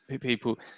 people